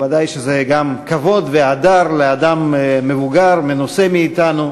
ודאי שזה גם כבוד והדר לאדם מבוגר, מנוסה מאתנו,